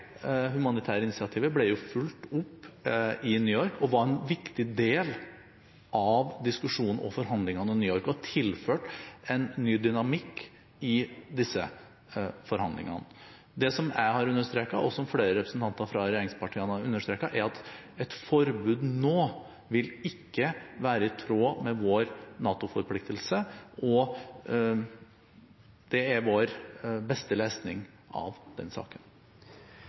humanitære initiativet ble fulgt opp i New York, var en viktig del av diskusjonen og forhandlingene i New York og tilførte en ny dynamikk i disse forhandlingene. Det som jeg har understreket, og som flere representanter fra regjeringspartiene har understreket, er at et forbud nå ikke vil være i tråd med vår NATO-forpliktelse. Det er vår beste lesning av den saken.